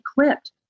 equipped